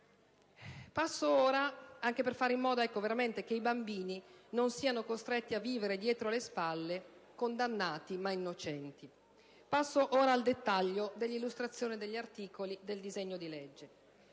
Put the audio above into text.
si potrà fare in modo che i bambini non siano costretti a vivere dietro le sbarre, condannati ma innocenti. Passo ora al dettaglio dell'illustrazione degli articoli del provvedimento.